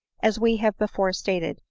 as we have before stated,